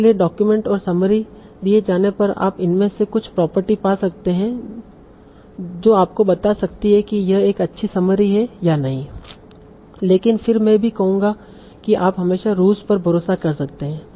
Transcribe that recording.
इसलिए डॉक्यूमेंट और समरी दिए जाने पर आप इनमें से कुछ प्रॉपर्टी पा सकते हैं जो आपको बता सकती है कि यह एक अच्छी समरी है या नहीं लेकिन फिर भी मैं कहूंगा कि आप हमेशा रूज पर भरोसा कर सकते हैं